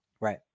Right